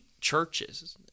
churches